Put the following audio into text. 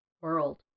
world